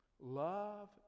Love